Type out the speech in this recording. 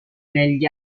negli